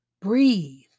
Breathe